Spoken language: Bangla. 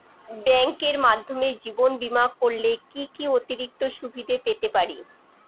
ব্যাংকের মাধ্যমে জীবন বীমা করলে কি কি অতিরিক্ত সুবিধে পেতে পারি?